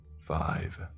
five